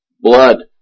Blood